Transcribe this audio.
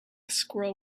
squirrel